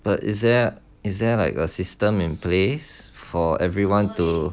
but is there is there like a system in place for everyone to